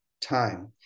time